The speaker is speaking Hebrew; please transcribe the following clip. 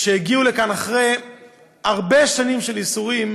שהגיעו לכאן אחרי הרבה שנים של ייסורים,